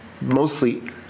mostly